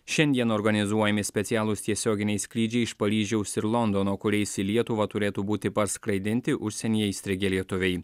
šiandien organizuojami specialūs tiesioginiai skrydžiai iš paryžiaus ir londono kuriais į lietuvą turėtų būti parskraidinti užsienyje įstrigę lietuviai